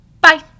Bye